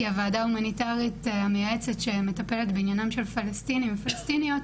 הוועדה ההומניטרית המייעצת שמטפלת בעניינם של פלשתינאים ופלשתינאיות